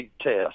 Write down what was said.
test